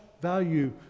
value